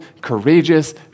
courageous